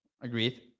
Agreed